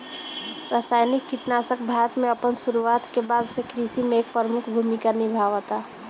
रासायनिक कीटनाशक भारत में अपन शुरुआत के बाद से कृषि में एक प्रमुख भूमिका निभावता